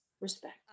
respect